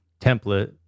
template